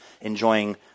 enjoying